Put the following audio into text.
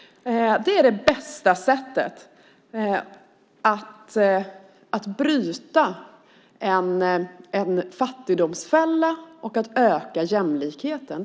Det är det bästa sättet att bryta en fattigdomsfälla och att öka jämlikheten.